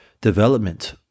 development